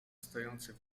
stojący